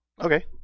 Okay